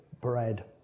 bread